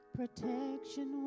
protection